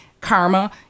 karma